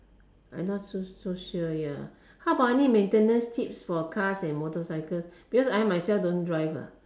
I not so so sure ya how about any maintenance tips for cars and motorcycles because I myself don't drive ah